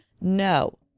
No